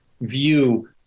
view